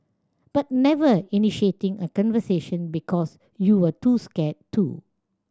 but never initiating a conversation because you were too scared to